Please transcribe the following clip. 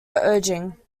urging